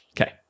Okay